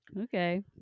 okay